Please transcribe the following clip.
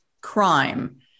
crime